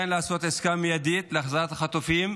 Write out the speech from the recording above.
כן לעשות עסקה מיידית להחזרת החטופים,